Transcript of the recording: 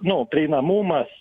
nu prieinamumas